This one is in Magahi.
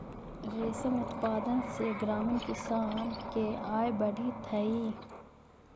रेशम उत्पादन से ग्रामीण किसान के आय बढ़ित हइ